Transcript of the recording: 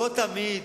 לא תמיד